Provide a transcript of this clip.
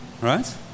Right